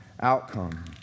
outcome